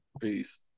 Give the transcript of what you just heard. Peace